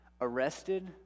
Arrested